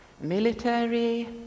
military